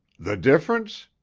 the difference?